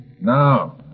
Now